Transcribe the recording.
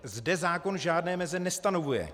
Zde zákon žádné meze nestanovuje.